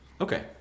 Okay